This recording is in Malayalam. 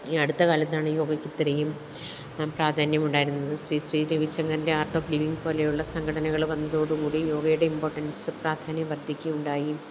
ഈ അടുത്ത കാലത്താണ് യോഗയ്ക്ക് ഇത്രയും പ്രാധാന്യം ഉണ്ടായിരുന്നത് ശ്രീ ശ്രീ രവി ശങ്കരന്റെ ആര്ട്ട് ഓഫ് ലിവിങ്ങ് പോലെയുള്ള സംഘടനകൾ വന്നതോടുകൂടി യോഗയുടെ ഇമ്പോര്ട്ടന്സ് പ്രാധാന്യം വര്ദ്ധിക്കുകയുണ്ടായി